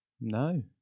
No